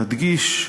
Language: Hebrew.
להדגיש: